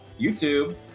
YouTube